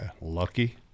lucky